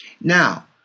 Now